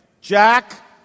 Jack